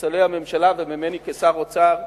מספסלי הממשלה וממני כשר האוצר,